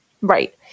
Right